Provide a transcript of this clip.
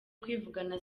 kwivugana